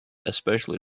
especially